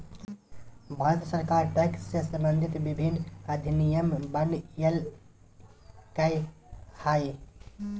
भारत सरकार टैक्स से सम्बंधित विभिन्न अधिनियम बनयलकय हइ